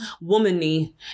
womanly